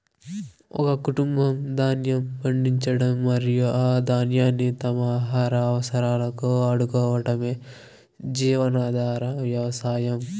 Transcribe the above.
ఒక కుటుంబం ధాన్యం పండించడం మరియు ఆ ధాన్యాన్ని తమ ఆహార అవసరాలకు వాడుకోవటమే జీవనాధార వ్యవసాయం